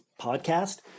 podcast